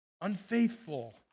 unfaithful